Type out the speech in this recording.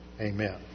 Amen